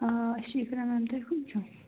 آ أسۍ چھِ اِقرا میم تُہۍ کم چھو